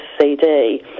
CD